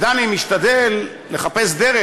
ודני משתדל לחפש דרך.